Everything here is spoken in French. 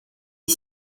est